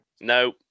No